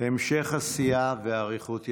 המשך עשייה ואריכות ימים.